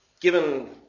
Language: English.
given